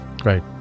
Great